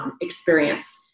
experience